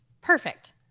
perfect